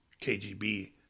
KGB